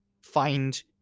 find